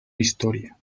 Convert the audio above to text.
historia